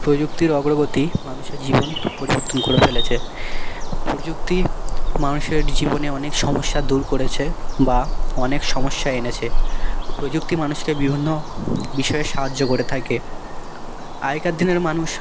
প্রযুক্তির অগ্রগতি মানুষের জীবন পরিবর্তন করে ফেলেছে প্রযুক্তি মানুষের জীবনে অনেক সমস্যা দূর করেছে বা অনেক সমস্যা এনেছে প্রযুক্তি মানুষকে বিভিন্ন বিষয় সাহায্য করে থাকে আগেকার দিনের মানুষ